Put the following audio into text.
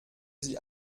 sie